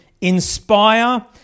inspire